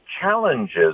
challenges